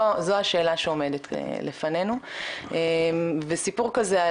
זו השאלה שעומדת לפנינו וסיפור כזה,